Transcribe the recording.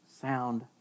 sound